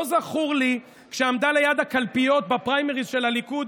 לא זכור לי כשעמדה ליד הקלפיות בפריימריז של הליכוד,